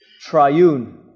triune